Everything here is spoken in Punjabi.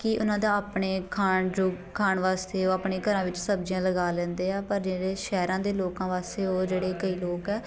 ਕਿ ਉਹਨਾਂ ਦਾ ਆਪਣੇ ਖਾਣ ਯੋਗ ਖਾਣ ਵਾਸਤੇ ਉਹ ਆਪਣੇ ਘਰਾਂ ਵਿੱਚ ਸਬਜ਼ੀਆਂ ਲਗਾ ਲੈਂਦੇ ਆ ਪਰ ਜਿਹੜੇ ਸ਼ਹਿਰਾਂ ਦੇ ਲੋਕਾਂ ਵਾਸਤੇ ਉਹ ਜਿਹੜੇ ਕਈ ਲੋਕ ਆ